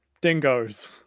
dingoes